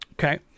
Okay